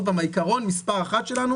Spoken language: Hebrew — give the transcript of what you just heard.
עוד פעם, העיקרון מספר אחת שלנו